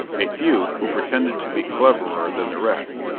a few, who pretended to be cleverer than the rest,